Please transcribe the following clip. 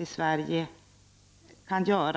i Sverige kan göra.